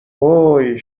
هوووی